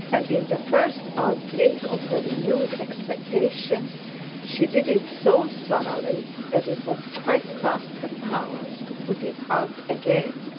and in the first outbreak of her renewed expectations she did it so thoroughly, that it was quite past her power to put it out again.